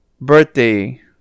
birthday